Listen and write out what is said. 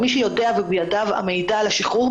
מי שיודע ובידיו המידע על השחרור,